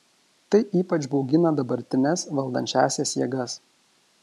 tai ypač baugina dabartines valdančiąsias jėgas